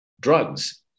drugs